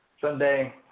sunday